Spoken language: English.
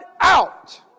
out